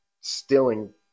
stealing